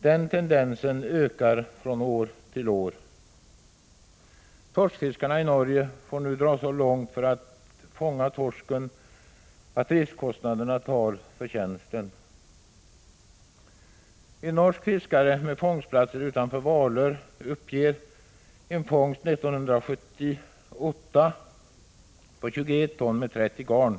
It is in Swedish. Den tendensen ökar från år till år. Torskfiskarna i Norge får nu gå så långt för att fånga torsken att driftskostnaderna tar förtjänsten. En norsk fiskare med fångstplatser utanför Hvaler uppger för 1978 en fångst på 21 ton, med 30 garn.